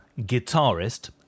guitarist